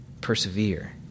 persevere